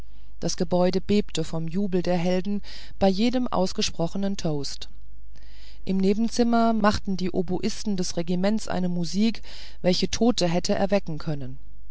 das gebäude bebte vom jubel der helden bei jedem ausgebrachten toast im nebenzimmer machten die oboisten des regiments eine musik welche tote hätte erwecken können